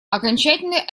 окончательный